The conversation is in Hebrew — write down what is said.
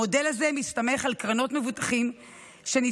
המודל הזה מסתמך על קרנות מבוטחים שנצברות